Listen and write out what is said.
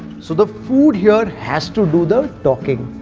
so the food here has to do the talking!